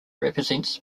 represents